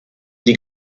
die